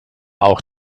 auch